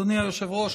אדוני היושב-ראש,